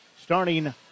starting